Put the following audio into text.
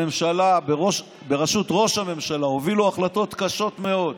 הממשלה בראשות ראש הממשלה הובילו החלטות קשות מאוד,